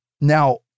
Now